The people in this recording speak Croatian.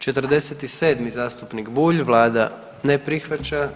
47. zastupnik Bulj, vlada ne prihvaća.